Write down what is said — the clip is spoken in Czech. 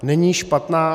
Není špatná.